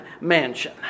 mansion